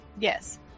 Yes